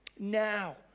Now